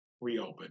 reopen